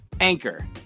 Anchor